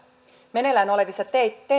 meneillään olevissa